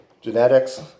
genetics